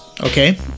okay